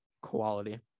quality